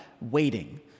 waiting